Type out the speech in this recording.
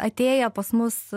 atėję pas mus